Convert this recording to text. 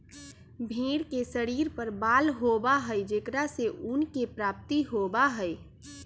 भेंड़ के शरीर पर बाल होबा हई जेकरा से ऊन के प्राप्ति होबा हई